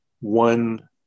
one